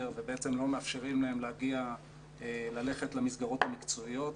ובעצם לא מאפשרים להם ללכת למסגרות המקצועיות.